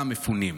גם מפונים.